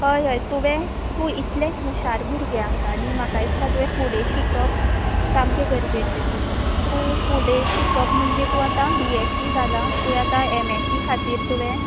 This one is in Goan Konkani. हय हय तुवें तूं इतलें हुशार भुरगें आसा आनी म्हाका दिसता तुवें फुडें शिकप सामकें गरजेचें तूं फूडें शिकप म्हणजे तूं आतां बी एस इ जालां तुवें आता एम एस इ खातीर तरी तुवें